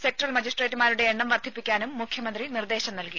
sectoral മജിസ്ട്രേറ്റുമാരുടെ എണ്ണം വർധിപ്പിക്കാനും മുഖ്യമന്ത്രി നിർദേശം നൽകി